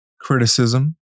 criticism